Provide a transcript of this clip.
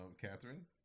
Catherine